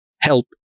help